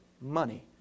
money